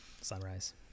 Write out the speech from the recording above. Sunrise